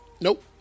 Nope